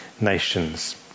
nations